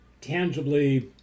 tangibly